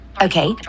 Okay